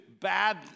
bad